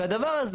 הדבר הזה,